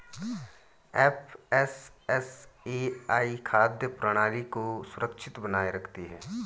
FSSAI खाद्य प्रणाली को सुरक्षित बनाए रखती है